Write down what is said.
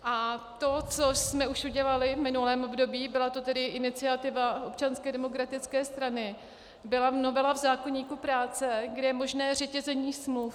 A to, co jsme už udělali v minulém období, byla to iniciativa Občanské demokratické strany, byla novela v zákoníku práce, kde je možné řetězení smluv.